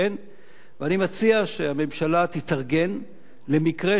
ואני מציע שהממשלה תתארגן למקרה שיתברר לה